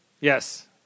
Yes